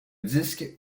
disque